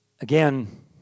again